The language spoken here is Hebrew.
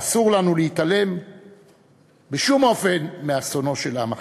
ואסור לנו להתעלם בשום אופן מאסונו של עם אחר.